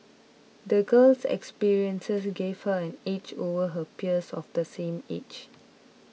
the girl's experiences gave her an edge over her peers of the same age